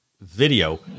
video